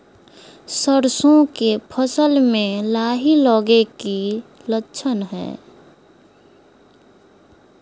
सरसों के फसल में लाही लगे कि लक्षण हय?